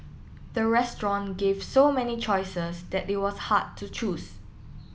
the restaurant gave so many choices that it was hard to choose